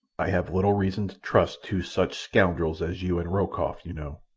i have little reason to trust two such scoundrels as you and rokoff, you know.